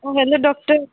आं hello doctor